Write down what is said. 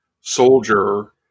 soldier